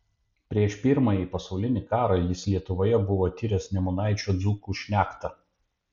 prieš pirmąjį pasaulinį karą jis lietuvoje buvo tyręs nemunaičio dzūkų šnektą